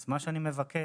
אז מה שאני מבקש,